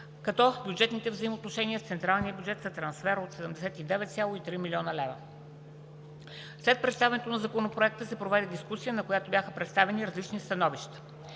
като бюджетни взаимоотношения с централния бюджет (трансфери) от 79,3 млн. лв. След представяне на Законопроекта се проведе дискусия, на която бяха представени различни становища.